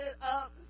up